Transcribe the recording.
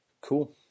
cool